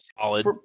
solid